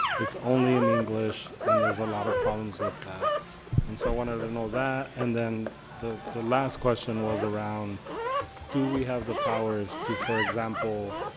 it's only in english, and there's a lot of problems with that and so i wanted to know that. and then the the last question was around do we have the powers to, for example,